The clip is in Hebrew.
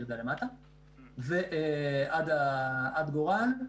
עד גורל.